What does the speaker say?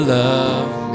love